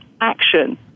action